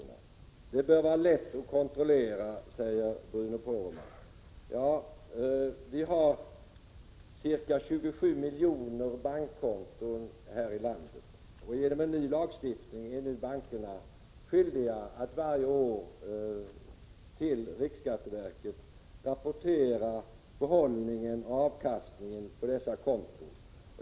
Det bör vara lätt att kontrollera, säger Bruno Poromaa. Vi har ca 27 miljoner bankkonton här i landet. Genom en ny lagstiftning är nu bankerna skyldiga att varje år till riksskatteverket rapportera behållning och avkastning på dessa konton.